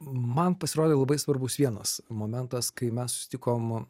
man pasirodė labai svarbus vienas momentas kai mes susitikom